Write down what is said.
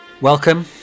Welcome